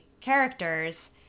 characters